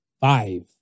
Five